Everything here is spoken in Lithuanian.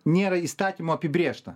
nėra įstatymo apibrėžta